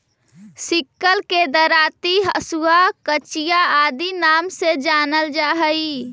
sickle के दरांति, हँसुआ, कचिया आदि नाम से जानल जा हई